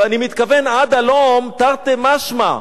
ואני מתכוון "עד הלום" תרתי משמע.